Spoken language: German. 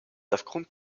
aufgrund